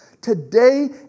Today